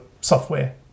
software